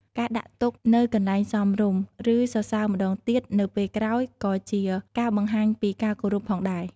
ការដាក់ទុកនៅកន្លែងសមរម្យ ឬសរសើរម្តងទៀតនៅពេលក្រោយ ក៏ជាការបង្ហាញពីការគោរពផងដែរ។